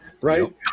Right